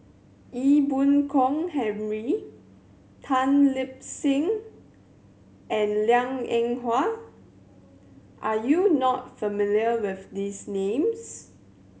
Ee Boon Kong Henry Tan Lip Seng and Liang Eng Hwa are you not familiar with these names